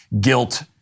guilt